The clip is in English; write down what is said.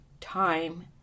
time